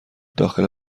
داخل